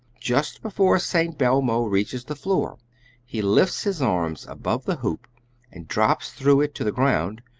just before st. belmo reaches the floor he lifts his arms above the hoop and drops through it to the ground,